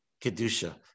Kedusha